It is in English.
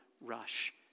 rush